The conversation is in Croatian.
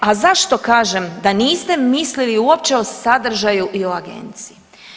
A zašto kažem da niste mislili uopće o sadržaju i o agenciji.